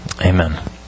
Amen